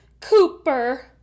Cooper